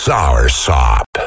Soursop